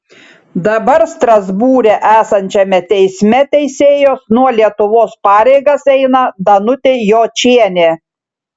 dabar strasbūre esančiame teisme teisėjos nuo lietuvos pareigas eina danutė jočienė